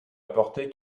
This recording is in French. apporter